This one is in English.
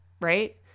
Right